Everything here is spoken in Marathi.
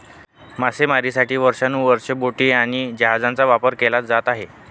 मासेमारीसाठी वर्षानुवर्षे बोटी आणि जहाजांचा वापर केला जात आहे